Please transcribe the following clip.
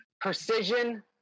Precision